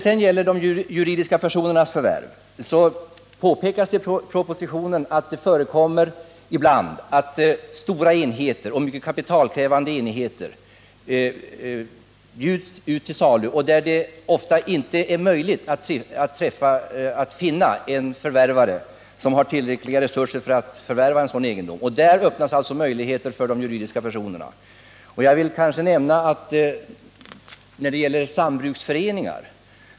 Beträffande juridiska personers förvärv påpekas det i propositionen att stora och mycket kapitalkrävande enheter ibland bjuds ut till salu och att det ofta inte är möjligt att finna en förvärvare med tillräckliga resurser att förvärva en sådan egendom. Där öppnas alltså möjligheter för de juridiska personerna. Jag vill nämna att situationen ofta är densamma för sambruksföreningar.